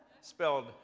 Spelled